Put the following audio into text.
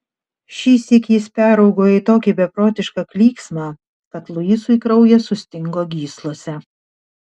šįsyk jis peraugo į tokį beprotišką klyksmą kad luisui kraujas sustingo gyslose